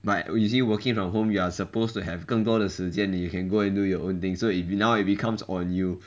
but usually working from home you are supposed to have 更多的时间 you can go and do your own thing so it now it becomes on you